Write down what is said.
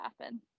happen